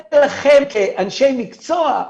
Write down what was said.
שיהיה לכם, כאנשי מקצוע,